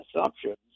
assumptions